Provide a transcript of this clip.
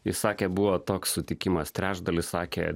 jis sakė buvo toks sutikimas trečdalis sakė